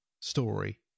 story